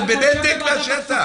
אתם בנתק מהשטח.